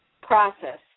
process